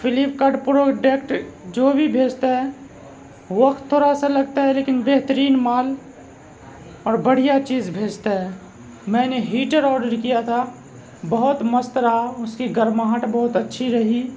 flip card product جو بھی بھیجتا ہے وقت تھوڑا سا لگتا ہے لیکن بہترین مال اور بڑھیا چیز بھیجتا ہے میں نے ہیٹر آڈر کیا تھا بہت مست رہا اس کی گرماہٹ بہت اچھی رہی